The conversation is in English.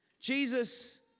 Jesus